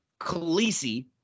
Khaleesi